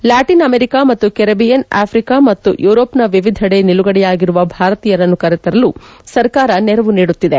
Latin America ಮತ್ತು Caribbean Africa ಹಾಗೂ ಯೂರೋಪ್ನ ವಿವಿಧೆಡೆಗಳಲ್ಲಿ ನಿಲುಗಡೆಯಾಗಿರುವ ಭಾರತೀಯರನ್ನು ಕರೆತರಲು ಸರ್ಕಾರ ನೆರವು ನೀಡುತ್ತಿದೆ